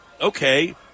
okay